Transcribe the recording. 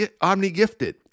omni-gifted